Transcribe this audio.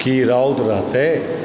की रौद रहतए